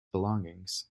belongings